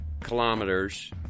kilometers